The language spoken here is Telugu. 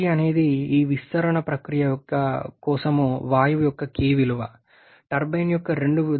kg అనేది ఈ విస్తరణ ప్రక్రియ కోసం వాయువు యొక్క k విలువ టర్బైన్ యొక్క రెండు దశలలో 1